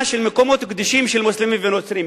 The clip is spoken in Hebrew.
של מקומות קדושים של מוסלמים ונוצרים.